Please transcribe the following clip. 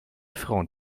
frauen